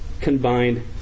combined